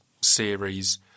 series